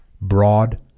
broad